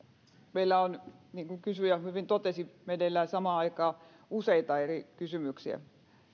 meillä on niin kuin kysyjä hyvin totesi meneillään samaan aikaan useita eri kysymyksiä